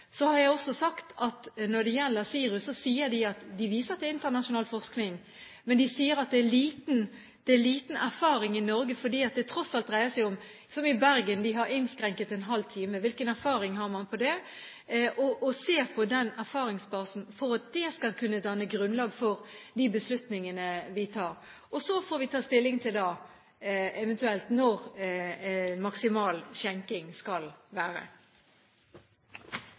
Så har jeg også sagt at når det gjelder SIRUS – de viser til internasjonal forskning – sier de at det er liten erfaring i Norge. Det dreier seg tross alt om – som i Bergen, der de har innskrenket en halv time – hvilken erfaring man har, og at man må se på den erfaringsbasen for å kunne danne grunnlag for de beslutningene vi tar. Så får vi ta stilling til når maksimal skjenketid eventuelt skal være.